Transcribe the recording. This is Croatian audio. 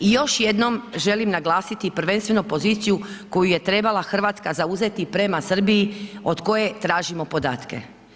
I još jednom želim naglasiti prvenstveno poziciju koju je trebala Hrvatska zauzeti prema Srbiji od koje tražimo podatke.